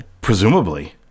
Presumably